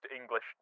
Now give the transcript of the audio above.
English